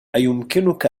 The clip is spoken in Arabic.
أيمكنك